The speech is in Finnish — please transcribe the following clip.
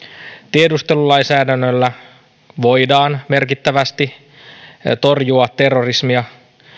tiedustelulainsäädännöllä voidaan merkittävästi torjua terrorismia